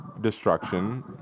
destruction